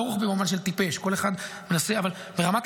לא רוחבי